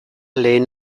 lehen